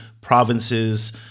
provinces